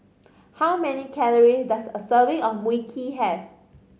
how many calories does a serving of Mui Kee have